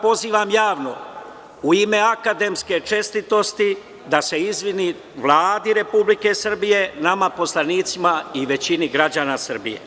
Pozivam ga javno u ime akademske čestitosti da se izvini Vladi Republike Srbije, nama poslanicima i većini građana Srbije.